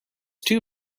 too